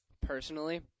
personally